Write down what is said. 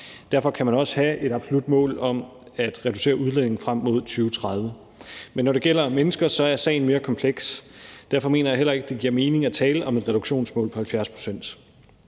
Derfor kan man også have et absolut mål om at reducere udledningen frem mod 2030. Men når det gælder mennesker, er sagen mere kompleks. Derfor mener jeg heller ikke, det giver mening at tale om et reduktionsmål på 70 pct.